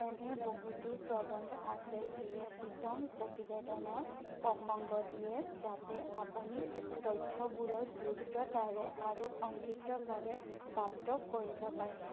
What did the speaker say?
এনে বহুতো প্ৰবন্ধ আছে যিয়ে বিতং প্ৰতিবেদনৰ প্ৰসংগ দিয়ে যাতে আপুনি তথ্যবোৰৰ দ্ৰুততাৰে আৰু সংক্ষিপ্তভাৱে প্ৰাপ্ত কৰিব পাৰে